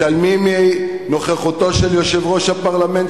מתעלמים מנוכחותו של יושב-ראש הפרלמנט